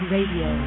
Radio